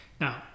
now